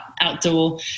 outdoor